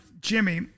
Jimmy